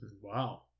Wow